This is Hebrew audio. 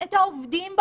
פיילוטים,